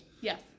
Yes